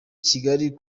kigali